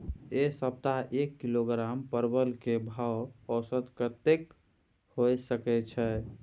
ऐ सप्ताह एक किलोग्राम परवल के भाव औसत कतेक होय सके छै?